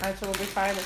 ačiū labai fainai